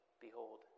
Behold